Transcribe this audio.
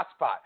hotspot